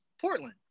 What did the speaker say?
Portland